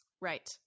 Right